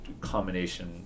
combination